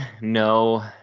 No